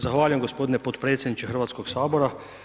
Zahvaljujem gospodine potpredsjedniče Hrvatskog sabora.